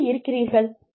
என்பதை அறிவது